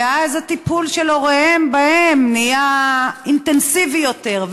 ואז הטיפול של הוריהם בהם נהיה אינטנסיבי יותר,